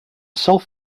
self